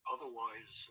Otherwise